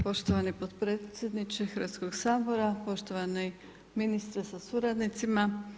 Poštovani potpredsjedniče Hrvatskoga sabora, poštovani ministre sa suradnicima.